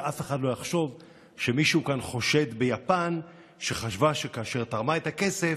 שאף אחד לא יחשוב שמישהו כאן חושד ביפן שחשבה שכאשר היא תרמה את הכסף,